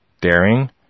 daring